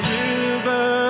river